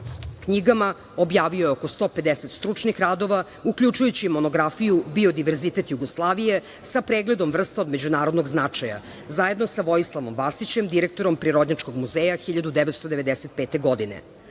knjigama, objavio je oko 150 stručnih radova, uključujući i monografiju biodiverzitet Jugoslavije sa predlogom vrste od međunarodnog značaja, zajedno sa Vojislavom Vasićem, direktorom Prirodnjačkog muzeja 1995. godine.Za